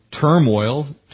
turmoil